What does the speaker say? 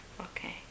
Okay